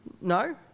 No